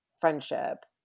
friendship